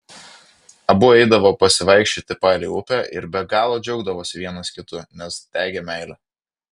abu eidavo pasivaikščioti palei upę ir be galo džiaugdavosi vienas kitu nes degė meile